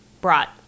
brought